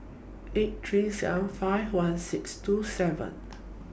eight three seven five one six two seven